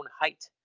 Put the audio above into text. height